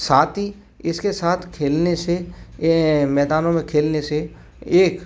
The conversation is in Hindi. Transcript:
साथ ही इसके साथ खेलने से अ मैदानों में खेलने से एक